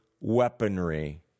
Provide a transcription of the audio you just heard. weaponry